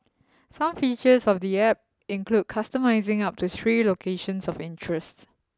some features of the App include customising up to three locations of interest